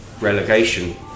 relegation